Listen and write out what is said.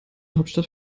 hauptstadt